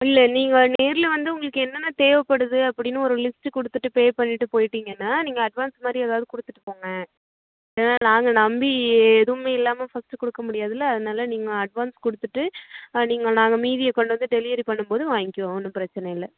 இல்லை நீங்கள் நேரில் வந்து உங்களுக்கு என்னென்ன தேவைப்படுது அப்படின்னு ஒரு லிஸ்ட்டு கொடுத்துட்டு பே பண்ணிவிட்டு போயிட்டிங்கன்னால் நீங்கள் அட்வான்ஸ் மாதிரி ஏதாவது கொடுத்துட்டு போங்க ஏன்னால் நாங்கள் நம்பி எதுவுமே இல்லாமல் ஃபஸ்ட்டு கொடுக்க முடியாதுல்லை அதனால் நீங்கள் அட்வான்ஸ் கொடுத்துவிட்டு நீங்கள் நாங்கள் மீதியை கொண்டு வந்து டெலிவரி பண்ணும்போது வாங்கிக்குவோம் ஒன்றும் பிரச்சினை இல்லை